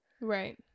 right